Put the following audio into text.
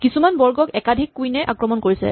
কিছুমান বৰ্গক একাধিক কুইন এ আক্ৰমণ কৰিছে